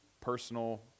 personal